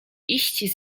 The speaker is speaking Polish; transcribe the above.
iść